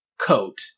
coat